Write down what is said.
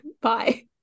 bye